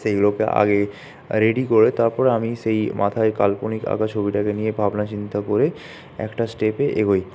সেইগুলোকে আগে রেডি করে তারপরে আমি সেই মাথায় কাল্পনিক আঁকা ছবিটাকে নিয়ে ভাবনা চিন্তা করে একটা স্টেপে এগোই